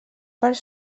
part